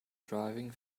driving